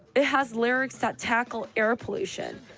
it has lyrics that tackle air pollution,